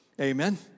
amen